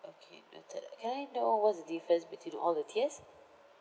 okay better can I know what's the difference between all the tiers